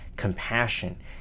compassion